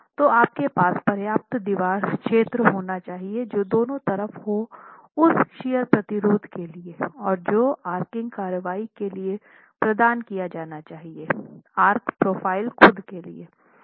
तो आपके पास पर्याप्त दीवार क्षेत्र होना चाहिए जो दोनो तरफ हो उस शियर प्रतिरोध के लिए और जो आर्किंग कार्रवाई के लिए प्रदान किया जाना चाहिए आर्क प्रोफ़ाइल खुद के लिए हैं